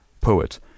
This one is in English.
poet